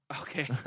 Okay